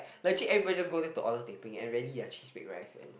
legit everybody just go there to order teh peng and rarely their cheese baked rice and